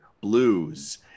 Blues